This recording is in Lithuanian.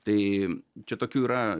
tai čia tokių yra